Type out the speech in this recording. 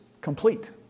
complete